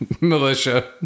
militia